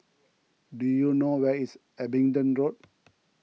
do you know where is Abingdon Road